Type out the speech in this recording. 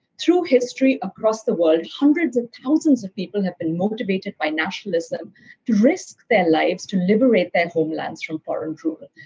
through history, across the world, hundreds of thousands of people have been motivated by nationalism to risk their lives to liberate their homelands from foreign rule.